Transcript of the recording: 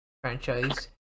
franchise